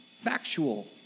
factual